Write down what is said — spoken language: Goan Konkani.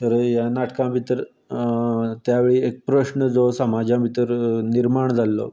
तर ह्या नाटकान भितर त्या वेळी एक प्रश्न जो समाजा भितर निर्माण जाल्लो